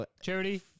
charity